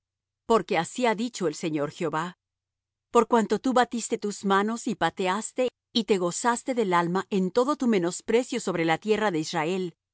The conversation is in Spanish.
porque así ha dicho el señor jehová por cuanto tú batiste tus manos y pateaste y te gozaste del alma en todo tu menosprecio sobre la tierra de israel